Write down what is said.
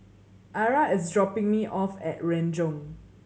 Arra is dropping me off at Renjong